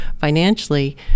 financially